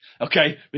Okay